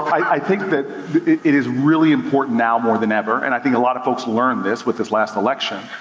i think that it is really important, now more than ever, and i think that a lot of folks learned this with this last election,